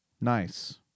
Nice